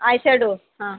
eyeshadow हां